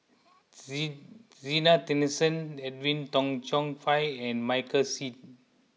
Zena Tessensohn Edwin Tong Chun Fai and Michael Seet